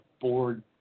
board